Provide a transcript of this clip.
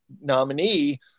nominee